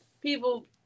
people